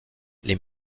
les